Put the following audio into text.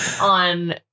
on